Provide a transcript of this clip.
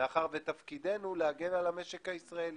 מאחר ותפקידנו הוא להגן על המשק הישראלי.